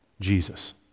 Jesus